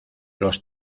los